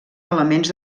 elements